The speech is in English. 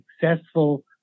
successful